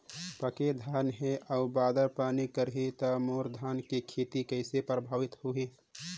पके धान हे अउ बादर पानी करही त मोर धान के खेती कइसे प्रभावित होही?